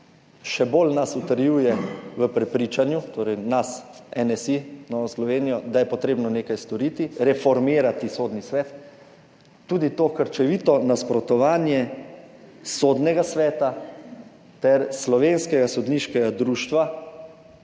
še bolj utrjuje v prepričanju, torej nas NSi, Novo Slovenijo, da je potrebno nekaj storiti, reformirati Sodni svet, tudi to krčevito nasprotovanje Sodnega sveta ter Slovenskega sodniškega društva,